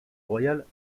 royales